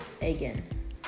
again